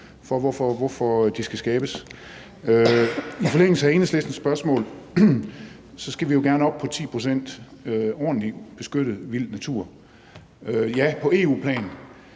for, hvorfor de skal skabes. I forlængelse af Enhedslistens spørgsmål vil jeg sige, at vi jo gerne skal op på 10 pct. ordentligt beskyttet vild natur – på EU-plan,